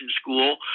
school